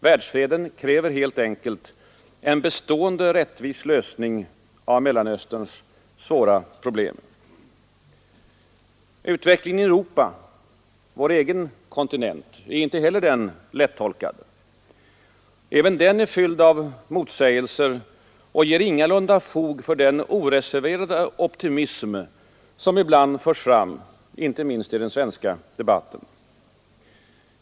Världsfreden kräver helt enkelt en bestående rättvis lösning av Mellanösterns svåra problem. Utvecklingen i Europa, vår egen kontinent, är inte heller den lättolkad. Även den är fylld av motsägelser och ger ingalunda fog för den oreserverade optimism som ibland förs fram, inte minst i den svenska debatten.